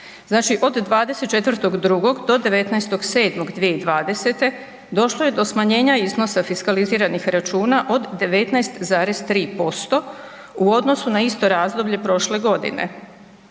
Znači od 24.2. do 19.7.2020. došlo je do smanjenja iznosa fiskaliziranih računa od 19,3% u odnosu na isto razdoblje prošle godine.